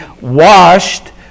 washed